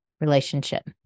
relationship